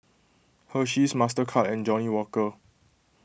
Hersheys Mastercard and Johnnie Walker